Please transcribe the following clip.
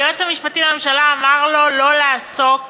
היועץ המשפטי לממשלה אמר לו לא לעסוק